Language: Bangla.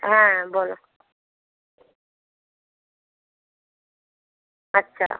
হ্যাঁ বলো আচ্ছা